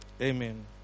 Amen